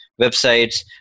websites